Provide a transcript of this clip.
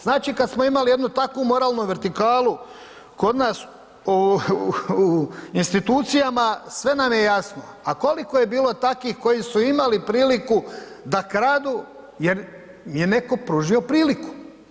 Znači, kad smo imali jednu takvu moralnu vertikalu kod nas u institucijama, sve nam je jasno, a koliko je bilo takvih koji su imali priliku da kradu jer im je netko pružio priliku.